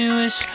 wish